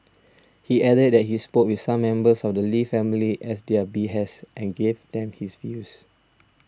he added that he spoke with some members of the Lee family at their behest and gave them his views